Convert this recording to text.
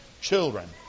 children